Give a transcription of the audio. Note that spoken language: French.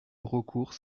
braucourt